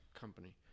company